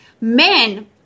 men